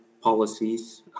policies